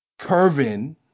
Curvin